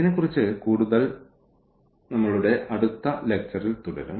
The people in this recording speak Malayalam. ഇതിനെക്കുറിച്ച് കൂടുതൽ ഞങ്ങളുടെ അടുത്ത ലെക്ച്ചറിൽ തുടരും